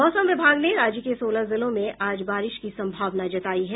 मौसम विभाग ने राज्य के सोलह जिलों में आज बारिश की संभावना जतायी है